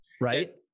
right